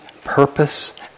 purpose